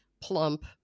plump